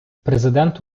президент